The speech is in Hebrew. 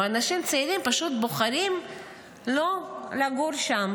אנשים צעירים פשוט בוחרים לא לגור שם,